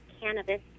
cannabis